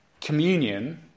communion